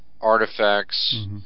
artifacts